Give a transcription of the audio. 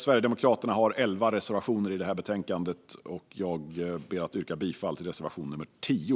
Sverigedemokraterna har elva reservationer i betänkandet. Jag ber att få yrka bifall till reservation nummer 10.